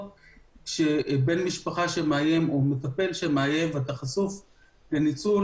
אם יש בן משפחה או מטפל שמאיים ואתה חשוף לניצול.